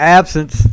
absence